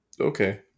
Okay